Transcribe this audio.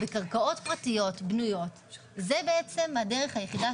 בקרקעות פרטיות בנויות זו הדרך היחידה